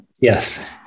Yes